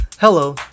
Hello